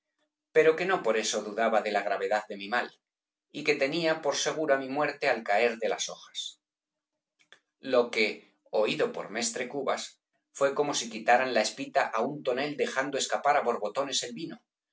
pero que no por eso dudaba de la gravedad de mi mal y que tenía por segura mi muerte al caer de las hojas lo que oído por medre cubas fué como si quitaran la espita á un tonel dejando escapar á borbotones el vino